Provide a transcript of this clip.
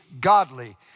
godly